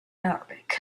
arabic